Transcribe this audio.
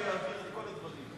לי את כל הדברים.